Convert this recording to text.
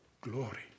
glory